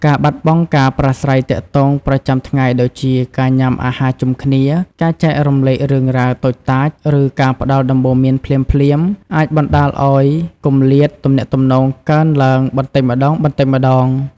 ការបាត់បង់ការប្រាស្រ័យទាក់ទងប្រចាំថ្ងៃដូចជាការញ៉ាំអាហារជុំគ្នា ការចែករំលែករឿងរ៉ាវតូចតាច ឬការផ្ដល់ដំបូន្មានភ្លាមៗ អាចបណ្ដាលឲ្យគម្លាតទំនាក់ទំនងកើនឡើងបន្តិចម្ដងៗ។